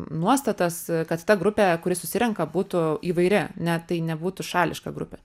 nuostatas kad ta grupė kuri susirenka būtų įvairi ne tai nebūtų šališka grupė